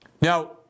Now